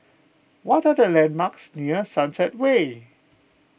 what are the landmarks near Sunset Way